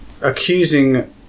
accusing